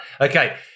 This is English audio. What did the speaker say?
okay